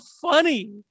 funny